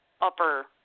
upper